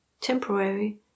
temporary